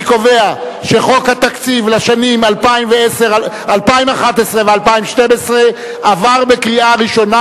אני קובע שחוק התקציב לשנים 2011 ו-2012 עבר בקריאה ראשונה